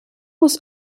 was